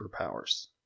superpowers